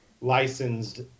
licensed